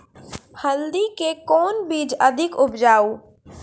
हल्दी के कौन बीज अधिक उपजाऊ?